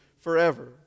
forever